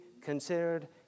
considered